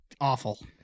awful